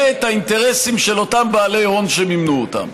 את האינטרסים של אותם בעלי ההון שמינו אותם.